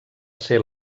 ser